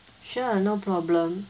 sure no problem